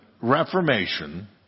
Reformation